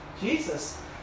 Jesus